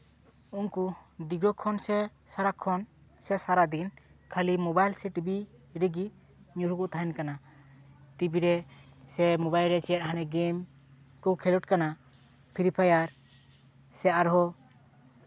ᱩᱱᱠᱩ ᱫᱤᱨᱜᱷᱚᱠᱷᱚᱱ ᱥᱮ ᱥᱟᱨᱟᱠᱠᱷᱚᱱ ᱥᱮ ᱥᱟᱨᱟᱫᱤᱱ ᱠᱷᱟᱹᱞᱤ ᱢᱳᱵᱟᱭᱤᱞ ᱥᱮ ᱴᱤᱵᱷᱤ ᱨᱮᱜᱮ ᱧᱩᱨᱩ ᱠᱚ ᱛᱟᱦᱮᱱ ᱠᱟᱱᱟ ᱴᱤᱵᱷᱤ ᱨᱮ ᱥᱮ ᱢᱳᱵᱟᱭᱤᱞ ᱨᱮ ᱪᱮᱫ ᱦᱟᱱᱮ ᱜᱮᱢ ᱠᱚ ᱠᱷᱮᱞᱳᱰ ᱠᱟᱱᱟ ᱯᱷᱤᱨᱤ ᱯᱷᱟᱭᱟᱨ ᱥᱮ ᱟᱨᱦᱚᱸ